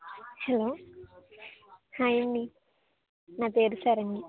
hello hi అండి నా పేరు శరణి